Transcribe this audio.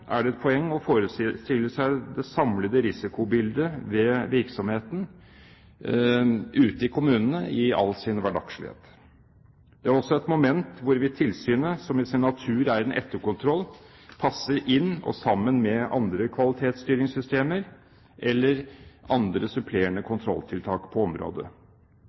er det et poeng å forestille seg det samlede risikobildet ved virksomheten ute i kommunene i all sin hverdagslighet. Det er også et moment hvorvidt tilsynet, som i sin natur er en etterkontroll, passer inn og sammen med andre kvalitetsstyringssystemer, eller andre supplerende kontrolltiltak på området.